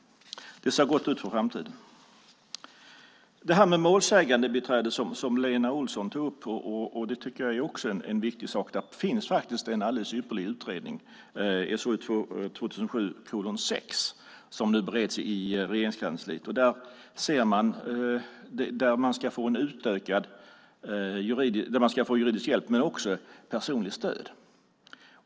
Det ser gott ut för framtiden. Lena Olsson tog upp detta med målsägandebiträde, och det tycker jag är viktigt. Det finns faktiskt en alldeles ypperlig utredning, SOU 2007:6, som nu bereds i Regeringskansliet. Där talas det om att man ska få juridisk hjälp men också ett personligt stöd.